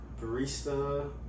Barista